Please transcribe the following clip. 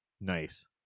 Nice